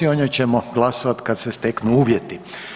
O njoj ćemo glasovati kada se steknu uvjeti.